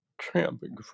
tramping